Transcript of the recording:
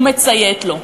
הוא מציית לו,